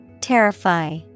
Terrify